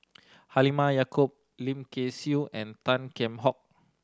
Halimah Yacob Lim Kay Siu and Tan Kheam Hock